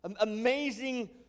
Amazing